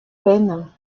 peine